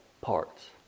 parts